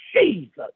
Jesus